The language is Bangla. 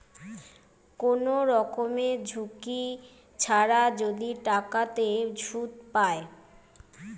কোন রকমের ঝুঁকি ছাড়া যদি টাকাতে সুধ পায়